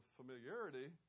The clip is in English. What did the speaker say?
familiarity